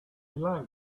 like